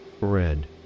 red